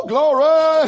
Glory